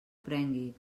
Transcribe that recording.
prengui